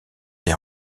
des